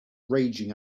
raging